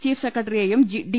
chief സെക്രട്ടറിയെയും D